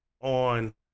on